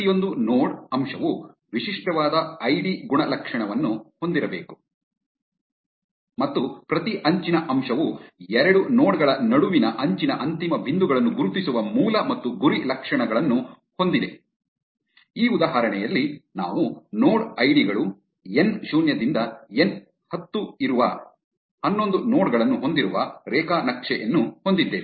ಪ್ರತಿಯೊಂದು ನೋಡ್ ಅಂಶವು ವಿಶಿಷ್ಟವಾದ ಐಡಿ ಗುಣಲಕ್ಷಣವನ್ನು ಹೊಂದಿರಬೇಕು ಮತ್ತು ಪ್ರತಿ ಅಂಚಿನ ಅಂಶವು ಎರಡು ನೋಡ್ ಗಳ ನಡುವಿನ ಅಂಚಿನ ಅಂತಿಮ ಬಿಂದುಗಳನ್ನು ಗುರುತಿಸುವ ಮೂಲ ಮತ್ತು ಗುರಿ ಗುಣಲಕ್ಷಣಗಳನ್ನು ಹೊಂದಿದೆ ಈ ಉದಾಹರಣೆಯಲ್ಲಿ ನಾವು ನೋಡ್ ಐಡಿ ಗಳು ಎನ್ ಶೂನ್ಯದಿಂದ ಎನ್ ಹತ್ತು ಇರುವ ಹನ್ನೊಂದು ನೋಡ್ ಗಳನ್ನು ಹೊಂದಿರುವ ರೇಖಾ ನಕ್ಷೆ ಅನ್ನು ಹೊಂದಿದ್ದೇವೆ